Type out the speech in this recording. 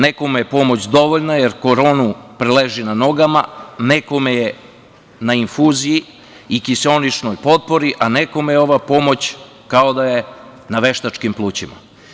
Nekome je pomoć dovoljna, jer koronu preleži na nogama, neko je na infuziji i kiseoničnoj potpori, a nekome je ova pomoć kao da je na veštačkim plućima.